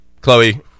Chloe